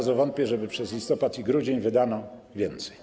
Bardzo wątpię, żeby przez listopad i grudzień wydano więcej.